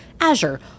Azure